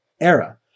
era